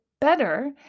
better